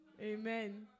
Amen